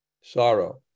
sorrow